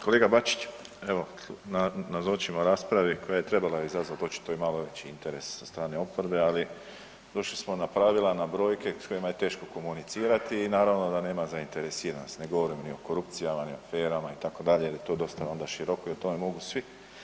Kolega Bačić, evo, nazočimo raspravi koja je trebala izazvati očito malo veći interes sa strane oporbe, ali došli smo na pravila, na brojke s kojima je teško komunicirati i naravno da nema zainteresiranih, ne govorimo ni o korupcijama ni o aferama, itd., jer je to dosta onda široko i o tome mogu svi.